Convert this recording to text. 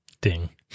Ding